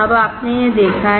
अब आपने यह देखा है